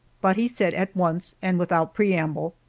but he said at once and without preamble,